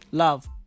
Love